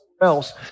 else